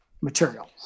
material